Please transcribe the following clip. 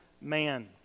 man